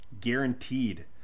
Guaranteed